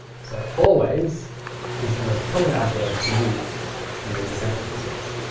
so, always is the most common adverb to use in these sentences.